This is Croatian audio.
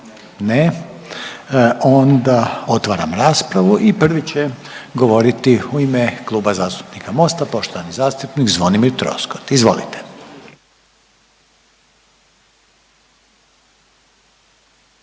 Ne. Onda otvaram raspravu i prvi će govoriti u ime Kluba zastupnika MOST-a poštovani zastupnik Zvonimir Troskot. Izvolite.